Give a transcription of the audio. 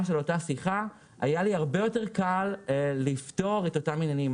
של אותה שיחה היה לי הרבה יותר קל לפתור את אותם עניינים.